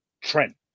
Trent